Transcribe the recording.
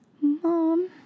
Mom